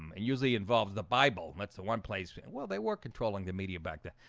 and usually involves the bible. that's the one place. well, they were controlling the media back there,